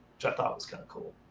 which i thought was kind of cool.